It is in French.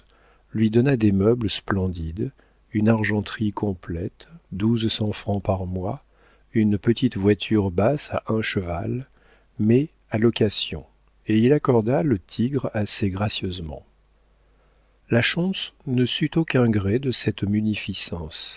lui donna des meubles splendides une argenterie complète douze cents francs par mois une petite voiture basse à un cheval mais à location et il accorda le tigre assez gracieusement la schontz ne sut aucun gré de cette munificence